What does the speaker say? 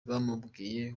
bamubwiye